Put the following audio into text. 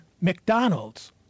McDonald's